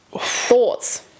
Thoughts